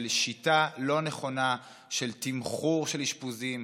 של שיטה לא נכונה של תמחור אשפוזים,